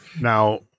Now